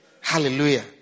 Hallelujah